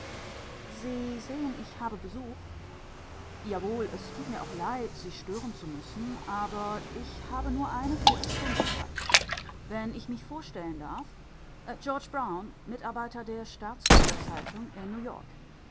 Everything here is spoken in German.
sie sehen ich habe besuch jawohl es tut mir auch leid sie stören zu müssen aber ich habe nur eine viertelstunde zeit wenn ich mich vorstellen darf george brown mitarbeiter der staatsbürgerzeitung in neuyork ihr